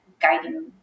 guiding